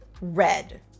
red